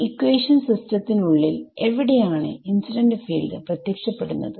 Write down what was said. ഈ ഇക്വാഷൻസ് സിസ്റ്റത്തിനുള്ളിൽ എവിടെയാണ് ഇൻസിഡന്റ് ഫീൽഡ് പ്രത്യക്ഷപ്പെടുന്നത്